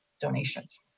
donations